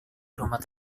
rumah